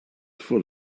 full